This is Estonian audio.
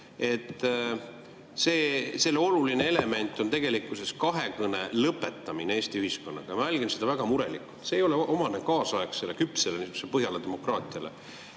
viite – selle oluline element on tegelikkuses lõpetada kahekõne Eesti ühiskonnaga. Ma jälgin seda väga murelikult. See ei ole omane kaasaegsele, küpsele Põhjala demokraatiale.